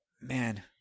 Man